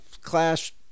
Clash